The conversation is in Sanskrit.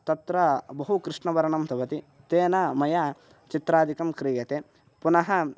तत्र बहु कृष्णवर्णं भवति तेन मया चित्रादिकं क्रियते पुनः